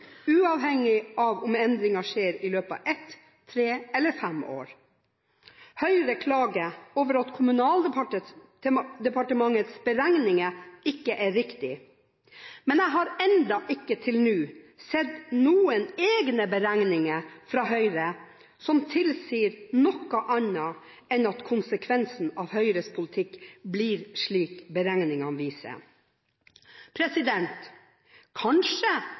uavhengig av om endringen skjer i løpet av ett, tre eller fem år. Høyre klager over at Kommunaldepartementets beregninger ikke er riktige, men jeg har til nå ikke sett noen egne beregninger fra Høyre som tilsier noe annet enn at konsekvensene av Høyres politikk blir slik beregningene viser. Kanskje